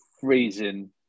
freezing